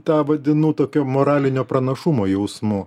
tą vadinu tokio moralinio pranašumo jausmu